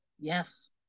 Yes